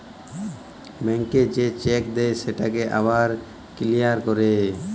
ব্যাংকে যে চ্যাক দেই সেটকে আবার কিলিয়ার ক্যরে